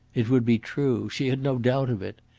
it would be true. she had no doubt of it.